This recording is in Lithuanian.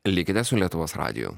likite su lietuvos radiju